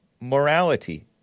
morality